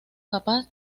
capaz